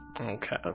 Okay